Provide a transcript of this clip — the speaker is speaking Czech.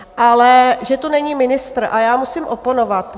Ale že tu není ministr a já musím oponovat.